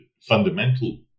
fundamental